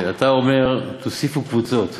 אתה אומר: תוסיפו קבוצות.